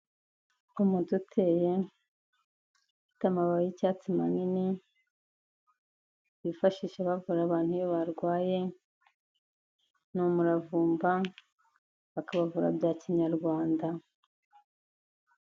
Umuti uteye amababi y' icyatsi manini bifashisha bavura abantu iyo barwaye, ni umuravumba bakabavura bya kinyarwanda.